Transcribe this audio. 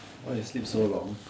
why I sleep so long